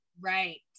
right